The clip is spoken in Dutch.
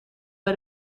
bij